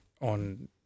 on